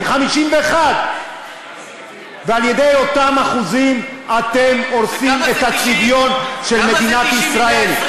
הם 51. ועל-ידי אותם אחוזים אתם הורסים את הצביון של מדינת ישראל.